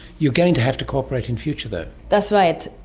you're going to have to cooperate in future though. that's right.